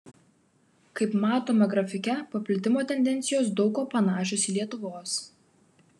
kaip matome grafike paplitimo tendencijos daug kuo panašios į lietuvos